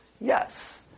yes